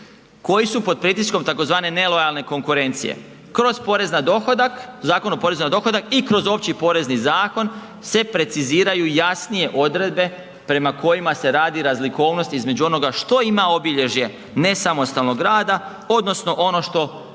koji su pod pritiskom tzv. nelojalne konkurencije. Kroz porez na dohodak, Zakon o porezu na dohodak i kroz opći Porezni zakon se preciziraju jasnije odredbe prema kojima se radi razlikovnost između onoga što ima obilježje nesamostalnog rada, odnosno ono što